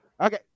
Okay